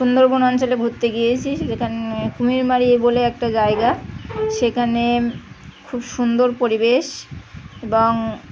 সুন্দরবন অঞ্চলে ঘুরতে গিয়েছি সেখানে বলে একটা জায়গা সেখানে খুব সুন্দর পরিবেশ এবং